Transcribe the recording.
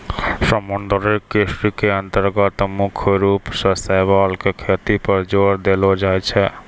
समुद्री कृषि के अन्तर्गत मुख्य रूप सॅ शैवाल के खेती पर जोर देलो जाय छै